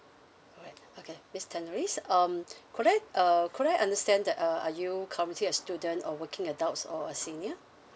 alright okay miss tannerice um could I err could I understand that uh are you currently a student or working adults or a senior